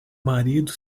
marido